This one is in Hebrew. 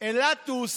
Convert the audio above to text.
אילתוס